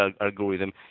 algorithm